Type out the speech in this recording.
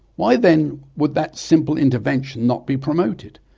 why then would that simple intervention not be promoted,